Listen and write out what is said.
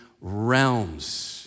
realms